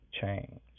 change